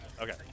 Okay